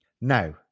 Now